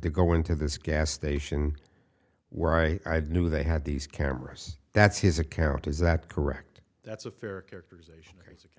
the go into this gas station where i knew they had these cameras that's his account is that correct that's a fair characterization thank you